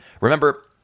Remember